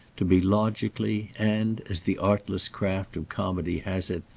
to be logically and, as the artless craft of comedy has it,